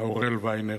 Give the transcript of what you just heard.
אאורל ויינר,